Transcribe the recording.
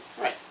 Right